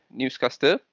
newscaster